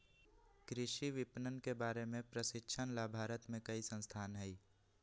कृषि विपणन के बारे में प्रशिक्षण ला भारत में कई संस्थान हई